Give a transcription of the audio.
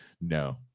No